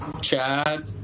Chad